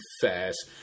fast